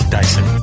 dyson